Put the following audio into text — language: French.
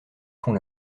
font